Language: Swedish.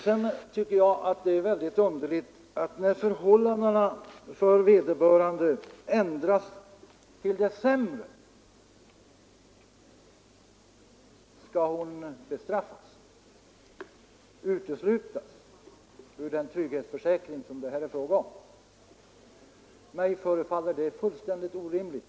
Jag tycker det är underligt att hon, när förhållandena ändras till det sämre, skall bestraffas genom att uteslutas ur den trygghetsförsäkring som det här är fråga om. Mig förefaller detta fullständigt orimligt.